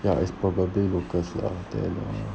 ya it's probably locals lah then err